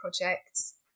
projects